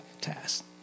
task